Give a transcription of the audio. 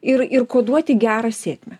ir ir koduoti gerą sėkmę